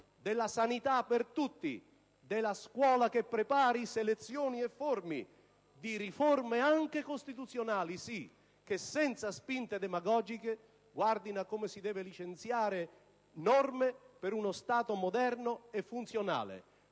della sanità per tutti, della scuola che prepari, selezioni e formi, di riforme anche costituzionali, che senza spinte demagogiche guardino al modo in cui si devono licenziare norme per uno Stato moderno e funzionale.